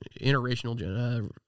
intergenerational